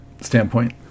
standpoint